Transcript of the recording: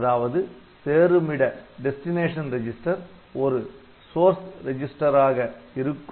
அதாவது சேருமிட ரெஜிஸ்டர் ஒரு சோர்ஸ் ரிஜிஸ்டர் ஆக இருக்கும்